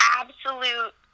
absolute